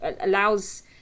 allows